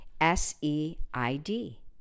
S-E-I-D